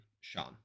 Sean